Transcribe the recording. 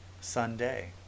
Sunday